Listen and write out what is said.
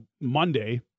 Monday